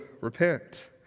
repent